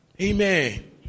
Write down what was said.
Amen